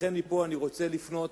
לכן מפה אני רוצה לפנות